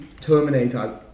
Terminator